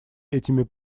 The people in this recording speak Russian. этими